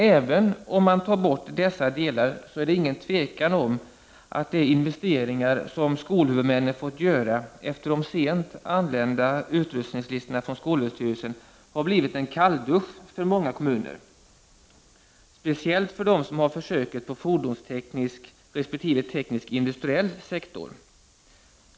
Även om man tar bort dessa delar, är det inget tvivel om att de investeringar som skolhuvudmännen har fått göra efter de sent anlända utrustningslistorna från SÖ har blivit en kalldusch för många kommuner, speciellt för dem som har försöket på fordonsteknisk resp. teknisk-industriell sektor.